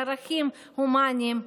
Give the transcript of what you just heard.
לערכים הומניים,